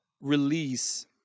release